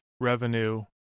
revenue